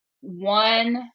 one